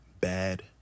bad